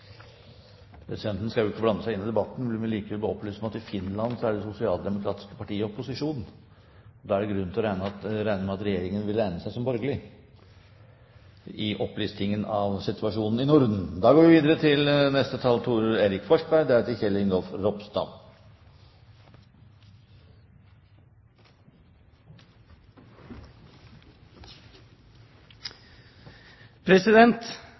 Presidenten skal jo ikke blande seg inn i debatten, men vil likevel bare opplyse om at i Finland er det sosialdemokratiske partiet i opposisjon. Da er det grunn til å regne med at regjeringen vil regne seg som borgerlig i opplistingen av situasjonen i Norden. Da går vi videre til neste taler – Thor Erik Forsberg.